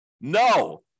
No